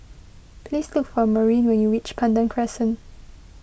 please look for Maurine when you reach Pandan Crescent